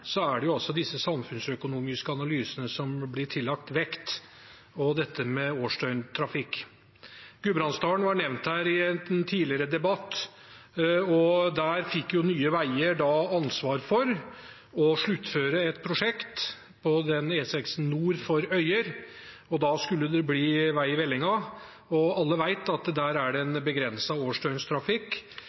det er disse samfunnsøkonomiske analysene og årsdøgntrafikk som blir tillagt vekt. Gudbrandsdalen var nevnt her i en tidligere debatt. Der fikk Nye Veier ansvar for å sluttføre et prosjekt på E6 nord for Øyer, og da skulle det bli vei i vellinga. Alle vet at der er det en